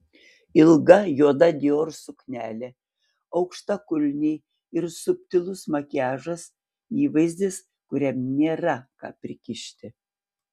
ilga juoda dior suknelė aukštakulniai ir subtilus makiažas įvaizdis kuriam nėra ką prikišti